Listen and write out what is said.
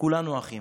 כולנו אחים.